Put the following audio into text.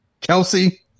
Kelsey